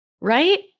Right